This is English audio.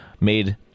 made